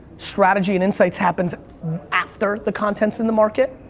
strategy and insights happens after the contents in the market,